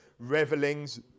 revelings